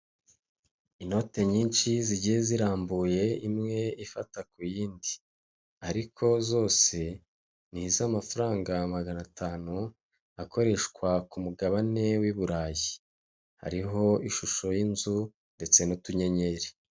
Imodoka y'ibara ry'umukara itambuka mu muhanda, uruzitiro rugizwe n'ibyuma ndetse n'amatafari ahiye, umuferege unyuramo amazi wugarijwe cyangwa se ufunzwe